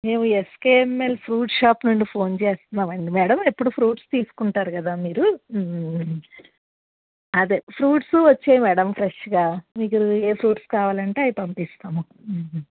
మేము S K M L fruit shop నుండి phone చేస్తున్నాం అండి మేడం ఎప్పుడు ఫ్రూట్స్ తీసుకుంటారు కదా మీరు అదే ఫ్రూట్స్ వచ్చాయి మేడం ఫ్రెష్గా మీకు ఏ ఫ్రూట్స్ కావాలి అంటే అవి పంపిస్తాము